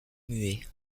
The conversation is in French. muet